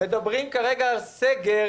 מדברים כרגע על סגר